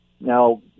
Now